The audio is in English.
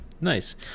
Nice